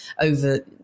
over